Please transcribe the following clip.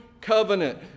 covenant